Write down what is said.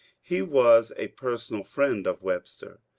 he was a personal friend of web ster,